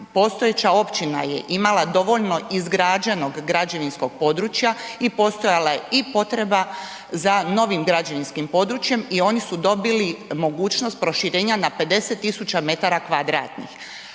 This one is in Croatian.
postojeća općina je imala dovoljno izgrađenog građevinskog područja i postojala je i potreba za novim građevinskim područjem i oni su dobili mogućnost proširenja na 50.000 m2. Da li